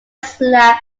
slab